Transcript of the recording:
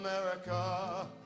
America